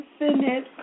infinite